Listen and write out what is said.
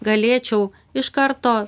galėčiau iš karto